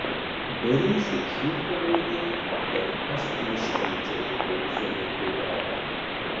be ryšio šūkavo ji tad aš ir iškviečiau kauzono brigadą